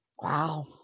Wow